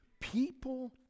people